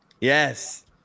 yes